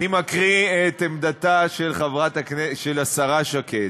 אני מקריא את עמדתה של השרה שקד.